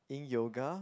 Yin yoga